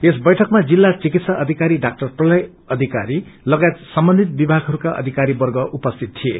यस बैठकमा जिल्ला चिकित्सा अध्किारी डाक्टर प्रलय अधिकारी लागायत सम्बन्धित विभागहरूका अधिकारीवर्ग उपस्थित थिए